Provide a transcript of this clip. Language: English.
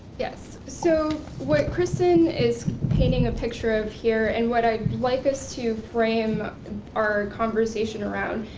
yes, so what kristen is painting a picture of here, and what i'd like us to frame our conversation around,